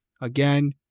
again